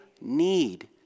need